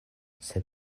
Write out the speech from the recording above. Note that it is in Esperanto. sed